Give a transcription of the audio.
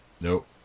Nope